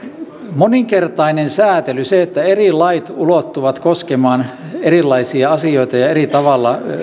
moninkertainen säätely se että eri lait ulottuvat koskemaan erilaisia asioita ja eri tavalla